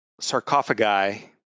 sarcophagi